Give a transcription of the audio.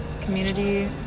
community